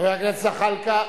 חס וחלילה,